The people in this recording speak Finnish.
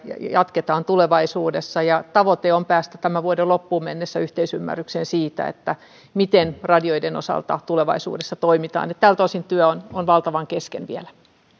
jatketaan tulevaisuudessa tavoite on päästä tämän vuoden loppuun mennessä yhteisymmärrykseen siitä miten radioiden osalta tulevaisuudessa toimitaan tältä osin työ on on valtavan kesken vielä